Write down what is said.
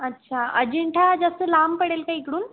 अच्छा अजिंठा जास्त लांब पडेल का इकडून